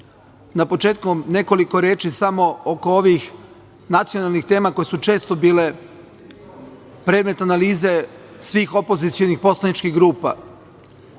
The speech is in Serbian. na početku nekoliko reči samo oko ovih nacionalnih tema koje su često bile predmet analize svih opozicionih poslaničkih